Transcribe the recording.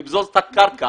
לבזוז את הקרקע